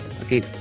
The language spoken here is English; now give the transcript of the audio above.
Okay